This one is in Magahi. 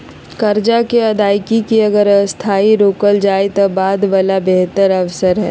कर्जा के अदायगी के अगर अस्थायी रोकल जाए त बाद वला में बेहतर अवसर हइ